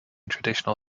traditional